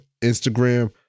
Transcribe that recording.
Instagram